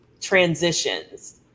transitions